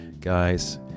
Guys